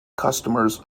customers